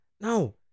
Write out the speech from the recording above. No